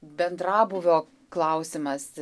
bendrabūvio klausimas